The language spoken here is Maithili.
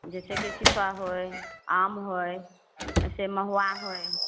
जैसेकि शीशो होइ आम होइ जैसे महुआ होइ